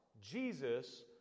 Jesus